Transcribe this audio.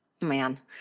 Man